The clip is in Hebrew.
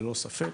ללא ספק.